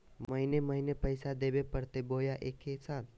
महीने महीने पैसा देवे परते बोया एके साथ?